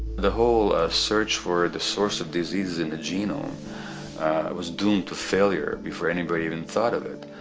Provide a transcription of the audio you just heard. the whole search for the source of diseases in the genome was doomed to failure before anybody even thought of it,